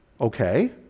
Okay